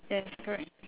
yes correct